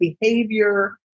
behavior